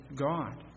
God